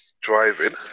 driving